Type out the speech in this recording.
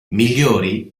migliori